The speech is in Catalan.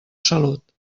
salut